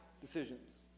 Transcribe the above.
decisions